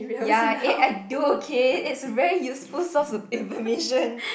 ya eh I do okay it's very useful source of information